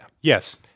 Yes